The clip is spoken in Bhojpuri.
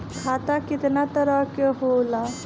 खाता केतना तरह के होला?